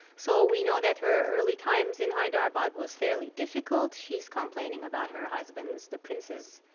so we know that her early times in hyderabad was fairly difficult. she's complaining about her husband's, the prince's,